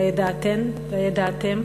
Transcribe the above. הידעתן והידעתם?